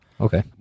okay